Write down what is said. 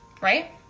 right